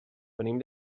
venim